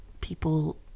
people